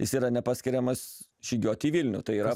jis yra nepaskiriamas žygiuot į vilnių tai yra